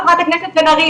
חברת הכנסת בן ארי,